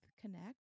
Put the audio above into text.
connect